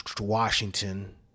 Washington